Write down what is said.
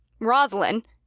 Rosalind